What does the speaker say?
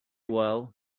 well